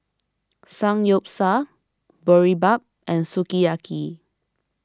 Samgeyopsal Boribap and Sukiyaki